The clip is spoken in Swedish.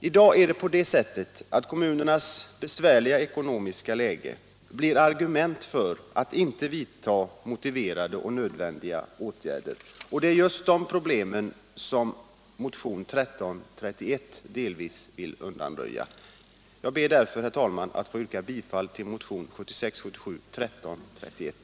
I dag är det på det sättet att kommunernas besvärliga ekonomiska läge blir argument för att inte vidta motiverade och nödvändiga åtgärder. Det är just de problemen som motionen 1331 vill delvis undanröja. Jag ber därför, herr talman, att få yrka bifall till motionen 1976/77:1331.